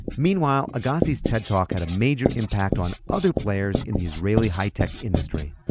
meanwhile, agassi's ted talk had a major impact on other players in the israeli hi-tech industry.